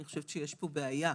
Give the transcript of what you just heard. אני חושבת שיש כאן בעיה.